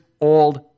Old